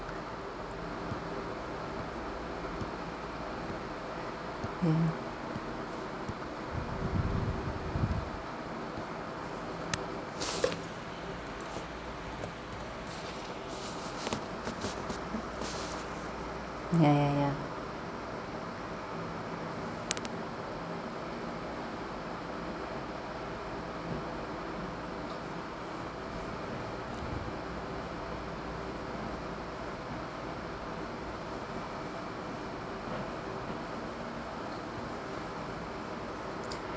yeah ya ya ya